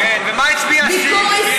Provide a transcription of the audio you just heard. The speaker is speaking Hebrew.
ומה הצביעה סין?